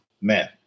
man